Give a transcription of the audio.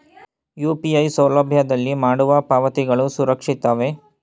UPI ಸೌಲಭ್ಯದಲ್ಲಿ ಮಾಡುವ ಪಾವತಿಗಳು ಸುರಕ್ಷಿತವೇ?